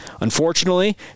Unfortunately